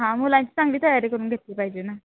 हा मुलांची चांगली तयारी करून घेतली पाहिजे ना